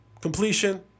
completion